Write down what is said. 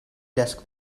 desk